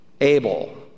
Abel